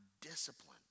disciplined